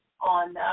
on